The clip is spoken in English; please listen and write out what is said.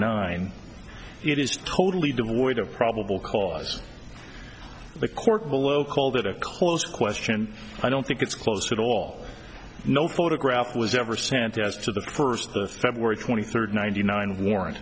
nine it is totally devoid of probable cause the court below called it a close question i don't think it's close at all no photograph was ever sent as to the first the february twenty third ninety nine warr